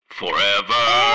forever